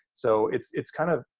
so it's it's kind of,